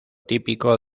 típico